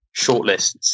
shortlists